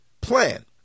plan